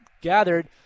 gathered